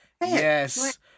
Yes